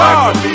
God